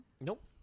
Nope